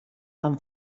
amb